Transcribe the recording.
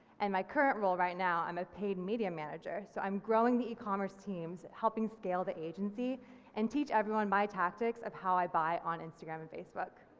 and my current role right now i'm a paid media manager, so i'm growing the ecommerce teams, helping scale the agency and teach everyone my tactics of how i buy on instagram and facebook.